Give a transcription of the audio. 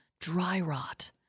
Dry-rot